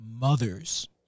mothers